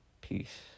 peace